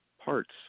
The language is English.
parts